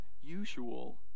usual